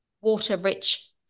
water-rich